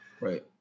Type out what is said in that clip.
Right